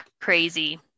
crazy